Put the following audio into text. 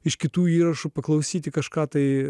iš kitų įrašų paklausyti kažką tai